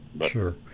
Sure